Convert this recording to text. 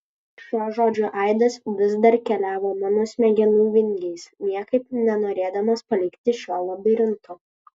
šio žodžio aidas vis dar keliavo mano smegenų vingiais niekaip nenorėdamas palikti šio labirinto